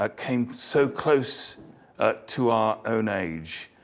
ah came so close ah to our own age.